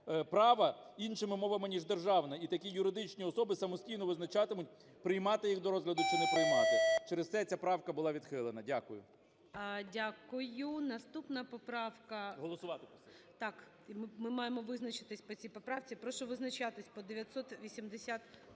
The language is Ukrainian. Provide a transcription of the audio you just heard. права іншими мовами ніж державна, і такі юридичні особи самостійно визначатимуть, приймати їх до розгляду чи не приймати. Через це ця правка була відхилена. Дякую. ГОЛОВУЮЧИЙ. Дякую. Наступна поправка.. КНЯЖИЦЬКИЙ М.Л. Голосувати просили. ГОЛОВУЮЧИЙ. Так, ми маємо визначитись по цій поправці. Прошу визначатись по 988